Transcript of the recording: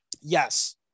yes